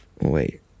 wait